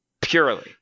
purely